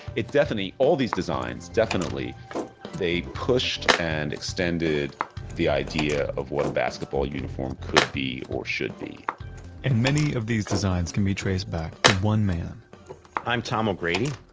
it definitely all these designs definitely they pushed and extended the idea of what a basketball uniform could be or should be and many of these designs can be traced back to one man i'm tom o'grady.